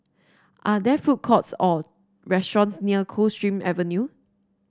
are there food courts or restaurants near Coldstream Avenue